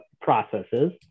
processes